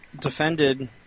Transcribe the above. defended